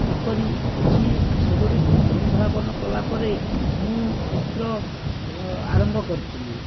କିପରି ଅଛି ସେଗୁଡ଼ିକୁ ଅନୁଧାବନ କଲା ପରେ ମୁଁ ଚିତ୍ର ଆରମ୍ଭ କରିଥିଲି